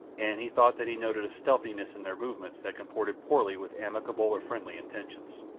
and he thought that he noted a stealthiness in their movements that comported poorly with amicable or friendly intentions,